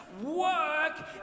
work